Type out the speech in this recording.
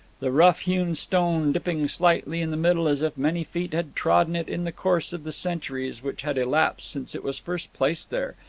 the rough-hewn stone dipping slightly in the middle as if many feet had trodden it in the course of the centuries which had elapsed since it was first placed there,